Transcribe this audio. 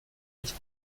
nicht